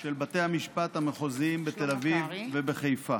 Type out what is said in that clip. של בתי המשפט המחוזיים בתל אביב ובחיפה,